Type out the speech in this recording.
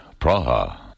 Praha